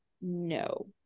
no